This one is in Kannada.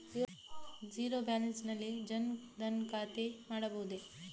ಝೀರೋ ಬ್ಯಾಲೆನ್ಸ್ ನಲ್ಲಿ ಜನ್ ಧನ್ ಖಾತೆ ಮಾಡಬಹುದೇ?